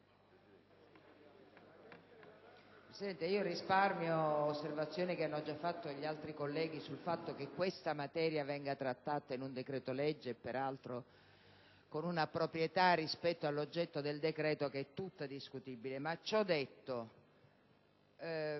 Presidente, risparmio osservazioni che hanno già svolto altri colleghi sul fatto che questa materia venga trattata in un decreto-legge, peraltro con una pertinenza rispetto all'oggetto del decreto che è tutta discutibile. Mi rivolgo